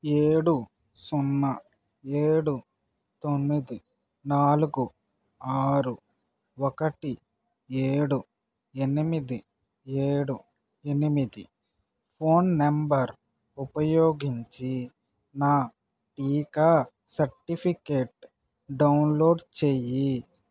ఏడు సున్నా ఏడు తొమ్మిది నాలుగు ఆరు ఒకటి ఏడు ఎనిమిది ఏడు ఎనిమిది ఫోన్ నెంబర్ ఉపయోగించి నా టీకా సర్టిఫికెట్ డౌన్లోడ్ చేయి